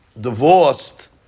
divorced